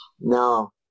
No